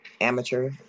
amateur